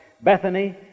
Bethany